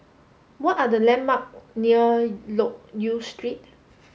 what are the landmarks near Loke Yew Street